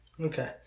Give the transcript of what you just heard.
Okay